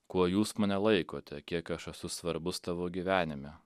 kuo jūs mane laikote kiek aš esu svarbus tavo gyvenime